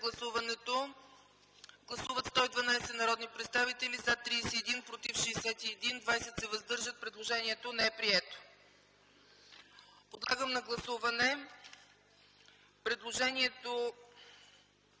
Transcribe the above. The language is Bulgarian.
Гласували 112 народни представители: за 31, против 61, въздържали се 20. Предложението не е прието. Подлагам на гласуване предложението